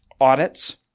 Audits